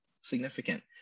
significant